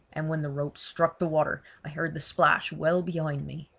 and when the rope struck the water i heard the splash well behind me.